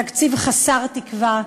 תקציב חסר תקווה,